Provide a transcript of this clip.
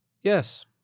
Yes